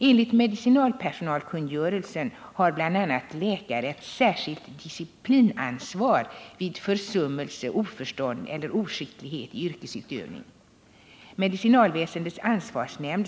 Enligt medicinalpersonalkungörelsen har bl.a. läkare ett särskilt disciplinansvar vid försummelse, oförstånd eller oskicklighet i yrkesutövningen. Medicinalväsendets ansvarsnämnd.